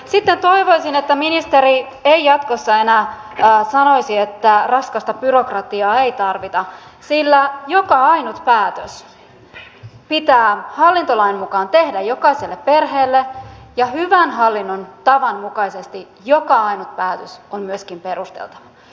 sitten toivoisin että ministeri ei jatkossa enää sanoisi että raskasta byrokratiaa ei tarvita sillä joka ainut päätös pitää hallintolain mukaan tehdä jokaiselle perheelle ja hyvän hallinnon tavan mukaisesti joka ainut päätös on myöskin perusteltava